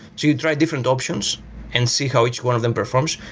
you try different options and see how each one of them performs.